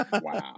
Wow